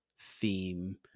Theme